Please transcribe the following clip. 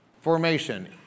Formation